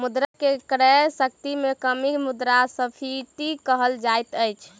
मुद्रा के क्रय शक्ति में कमी के मुद्रास्फीति कहल जाइत अछि